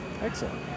Excellent